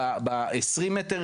ב-20 מטר,